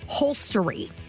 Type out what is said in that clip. holstery